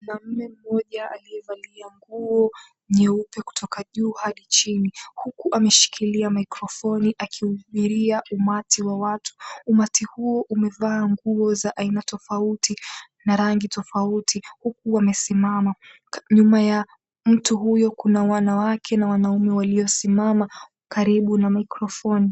Mwanaume mmoja aliyevalia nguo nyeupe kutoka juuhadi chini huku ameshikilia mikrofoni akihubiria umati wa watu, umati huo umevaa nguo za aina tofauti na rangi tofauti huku wamesimama nyuma ya mtu huyo kuna wanawake na wanaume waliosimama karibu na mikrofoni.